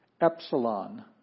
Epsilon